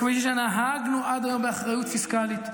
כפי שנהגנו עד היום באחריות פיסקלית,